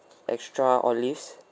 extra olives